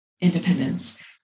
independence